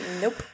nope